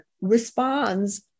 responds